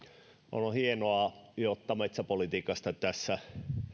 on hienoa että metsäpolitiikasta tässä